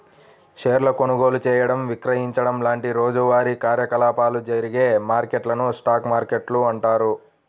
షేర్ల కొనుగోలు చేయడం, విక్రయించడం లాంటి రోజువారీ కార్యకలాపాలు జరిగే మార్కెట్లను స్టాక్ మార్కెట్లు అంటారు